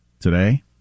today